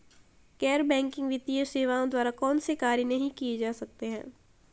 गैर बैंकिंग वित्तीय सेवाओं द्वारा कौनसे कार्य नहीं किए जा सकते हैं?